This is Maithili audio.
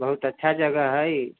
बहुत अच्छा जगह है